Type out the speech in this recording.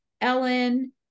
Ellen